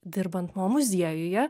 dirbant mo muziejuje